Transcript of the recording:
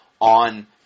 on